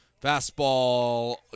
Fastball